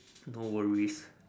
no worries